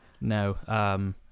No